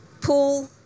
pool